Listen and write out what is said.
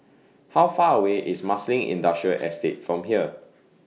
How Far away IS Marsiling Industrial Estate from here